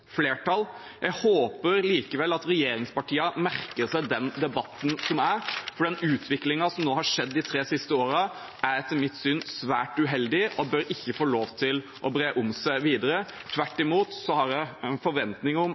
flertall. Jeg håper likevel at regjeringspartiene merker seg den debatten som er, for den utviklingen som har skjedd de tre siste årene, er etter mitt syn svært uheldig og bør ikke få lov til å bre videre om seg. Tvert imot har jeg en forventning om